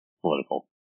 political